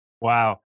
Wow